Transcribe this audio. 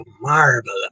marvelous